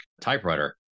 typewriter